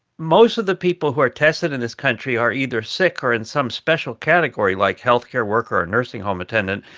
most of the people who are tested in this country are either sick or in some special category, like health care worker or nursing home attendant.